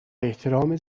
احترام